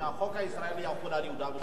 שהחוק הישראלי יחול על יהודה ושומרון.